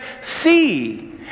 see